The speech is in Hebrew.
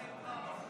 די כבר.